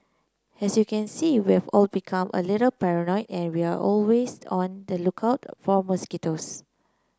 as you can see we've all become a little paranoid and we're always on the lookout for mosquitoes